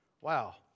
Wow